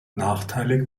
nachteilig